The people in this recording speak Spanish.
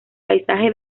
paisaje